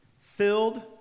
filled